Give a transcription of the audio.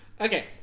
Okay